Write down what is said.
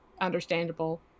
understandable